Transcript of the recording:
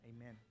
amen